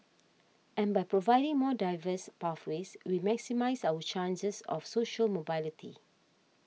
and by providing more diverse pathways we maximise our chances of social mobility